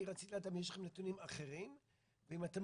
רציתי לדעת אם יש לכם נתונים אחרים ואם אתם